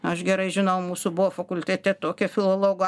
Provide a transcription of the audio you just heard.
aš gerai žinau mūsų buvo fakultete tokia filologų